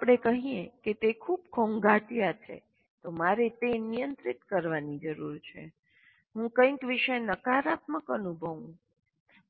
ચાલો આપણે કહીએ કે તે ખૂબ ઘોંઘાટીયા છે મારે તે નિયંત્રિત કરવાની જરૂર છે હું કંઈક વિશે નકારાત્મક અનુભવું છું